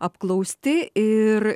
apklausti ir